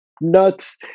nuts